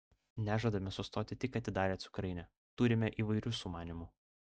nežadame sustoti tik atidarę cukrainę turime įvairių sumanymų